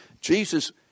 Jesus